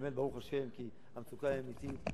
באמת ברוך השם, כי המצוקה היא אמיתית.